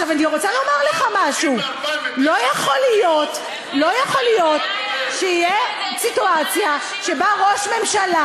אני רוצה לומר לך משהו: לא יכול להיות שתהיה סיטואציה שבה ראש ממשלה,